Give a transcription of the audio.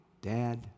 dad